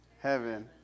heaven